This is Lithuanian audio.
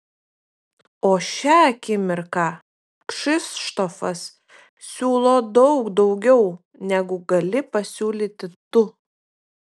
o šią akimirką kšištofas siūlo daug daugiau negu gali pasiūlyti tu